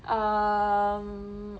um